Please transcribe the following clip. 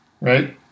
right